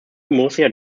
murcia